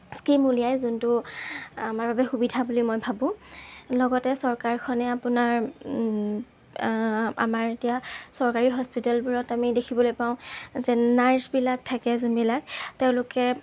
scheme উলিয়ায় যোনটো আমাৰ বাবে মই সুবিধা বুলি ভাবোঁ লগতে চৰকাৰখনে আপোনাৰ আমাৰ এতিয়া চৰকাৰী হস্পিতালবোৰত আমি দেখিবলৈ পাওঁ যে যনাৰ্ছবিলাক থাকে যোনবিলাক তেওঁলোকে